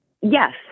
yes